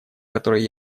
которые